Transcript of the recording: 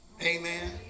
Amen